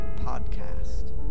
Podcast